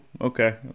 okay